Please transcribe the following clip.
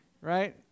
Right